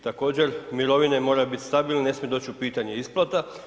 Također mirovine moraju biti stabilne, ne smije doć u pitanje isplata.